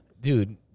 dude